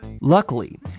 Luckily